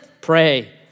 pray